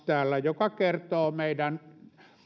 täällä joka kertoo meidän